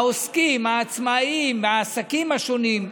העוסקים, העצמאים, העסקים השונים,